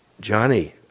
Johnny